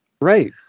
Right